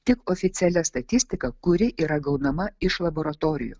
tik oficialia statistika kuri yra gaunama iš laboratorijų